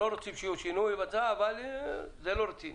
לא רוצים שיהיה שינוי אבל זה לא רציני.